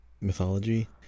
mythology